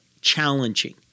challenging